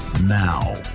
Now